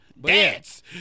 Dance